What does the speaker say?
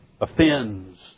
offends